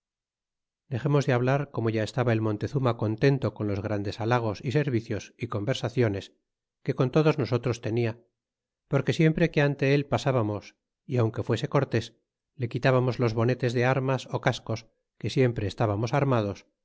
dexemos de hablar como ya estaba el montezuma contento con los grandes halagos y servicios y conversaciones que con todos nosotros tenia porque siempre que ante el pasbamos y aunque fuese cortés le quitábamos los bonetes de armas ó cascos que siempre estábamos armados